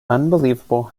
unbelievable